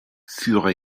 furent